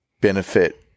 benefit